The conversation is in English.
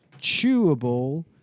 chewable